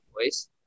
voice